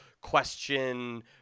question